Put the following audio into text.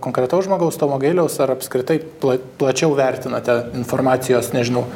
konkretaus žmogaus tomo gailiaus ar apskritai pla plačiau vertinate informacijos nežinau